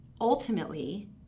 ultimately